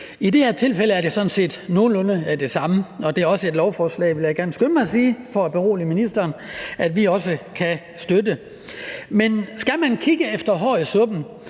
I det her tilfælde er det sådan set nogenlunde det samme, og det er et lovforslag, vi også kan støtte, vil jeg gerne skynde mig at sige for at berolige ministeren. Men skal man kigge efter hår i suppen,